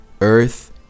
earth